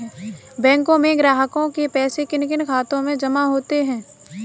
बैंकों में ग्राहकों के पैसे किन किन खातों में जमा होते हैं?